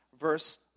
verse